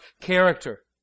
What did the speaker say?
character